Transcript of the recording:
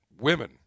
women